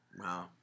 Wow